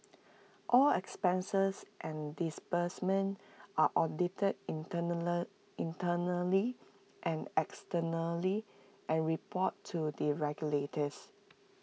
all expenses and disbursements are audited internally and externally and reported to the regulators